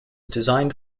designed